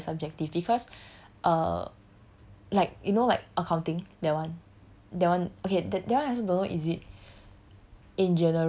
I feel that it's very very subjective because err like you know like accounting that one that one okay that that one I also don't know is it